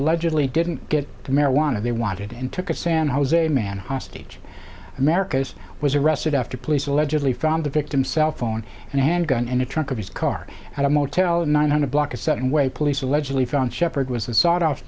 allegedly didn't get the marijuana they wanted and took a san jose man hostage americas was arrested after police allegedly found the victim cell phone and a handgun in a trunk of his car and a motel a nine hundred block a certain way police allegedly found shepard was a sought o